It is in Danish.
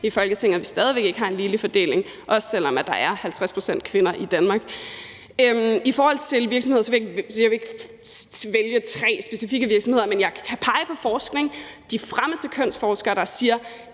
i Folketinget stadig væk ikke har en ligelig fordeling, også selv om der er 50 pct. kvinder i Danmark. I forhold til virksomheder vil jeg sige, at jeg ikke vil vælge tre specifikke virksomheder, men jeg kan pege på forskningen, de fremmeste kønsforskere, der siger,